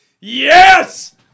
Yes